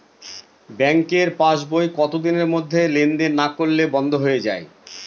ব্যাঙ্কের পাস বই কত দিনের মধ্যে লেন দেন না করলে বন্ধ হয়ে য়ায়?